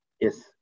Yes